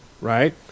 right